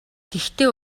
гэхдээ